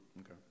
Okay